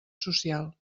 social